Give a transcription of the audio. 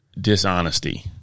dishonesty